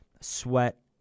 Sweat